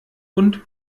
und